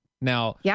Now